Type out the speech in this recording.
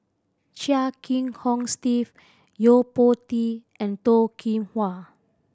Chia Kiah Hong Steve Yo Po Tee and Toh Kim Hwa